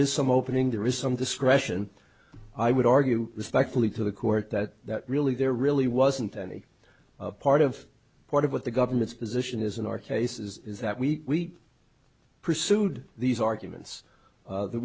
is some opening there is some discretion i would argue respectfully to the court that really there really wasn't any part of part of what the government's position is in our case is that we pursued these arguments that